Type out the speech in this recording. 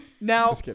Now